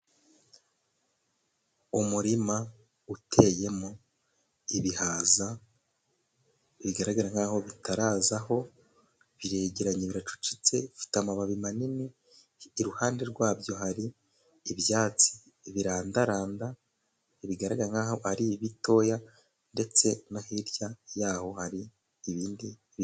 Umurima uteyemo ibihaza bigaragara nkaho bitarazaho biregeranye, biracucitse bifite amababi manini, iruhande rwabyo hari ibyatsi birandaranda, bigaragara nkaho ari bitoya ndetse no hirya yaho hari ibindi biti.